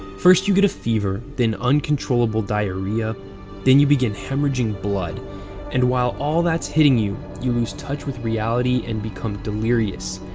first, you get a fever then uncontrollable diarrhea then you begin hemorrhaging blood and while all that's hitting you, you lose touch with reality and become delirious.